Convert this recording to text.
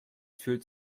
fühlt